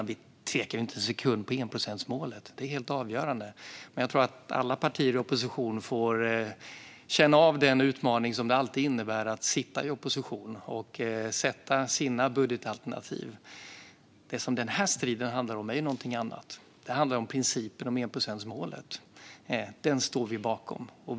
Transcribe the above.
Vi tvekar inte en sekund på enprocentsmålet. Det är helt avgörande. Men jag tror att alla partier i opposition får känna av den utmaning som det alltid innebär att sitta i opposition och ta fram sina budgetalternativ. Den här striden handlar om något annat, nämligen principen om enprocentsmålet. Den står vi bakom.